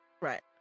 Right